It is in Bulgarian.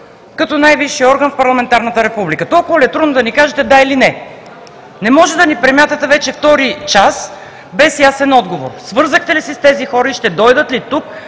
като най-висшия орган в парламентарната република? Толкова ли е трудно да ни кажете: да или не? Не може да ни премятате вече втори час без ясен отговор. Свързахте ли се с тези хора и ще дойдат ли тук